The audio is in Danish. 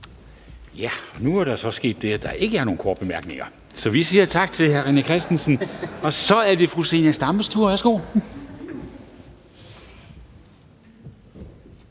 Nu er der så sket det, at der ikke er nogen korte bemærkninger, så vi siger tak til hr. René Christensen. Og så er det fru Zenia Stampes tur. Værsgo.